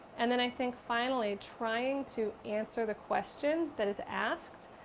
and, then i think finally, trying to answer the question that is asked.